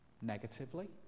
negatively